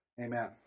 Amen